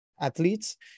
athletes